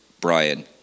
Brian